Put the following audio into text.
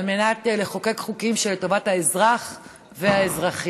על מנת לחוקק חוקים לטובת האזרח והאזרחית.